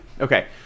Okay